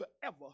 forever